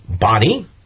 body